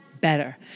better